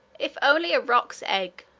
if only a roc's egg,